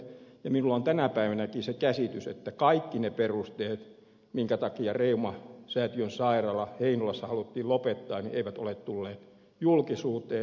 minulla on tänäkin päivänä se käsitys että kaikki ne perusteet minkä takia reumasäätiön sairaala heinolassa haluttiin lopettaa eivät ole tulleet julkisuuteen